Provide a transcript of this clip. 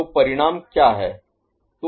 तो परिणाम क्या है